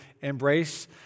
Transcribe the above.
embrace